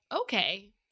okay